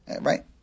Right